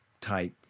type